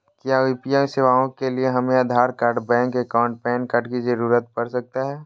क्या यू.पी.आई सेवाएं के लिए हमें Aadhaar card bank account PAN card की जरूरत पड़ सकता है?